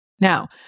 Now